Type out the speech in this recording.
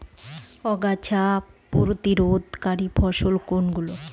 আগাছা প্রতিরোধকারী ফসল কোনগুলি?